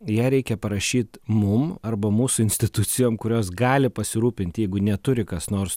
ją reikia parašyt mum arba mūsų institucijom kurios gali pasirūpinti jeigu neturi kas nors